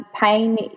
Pain